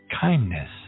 kindness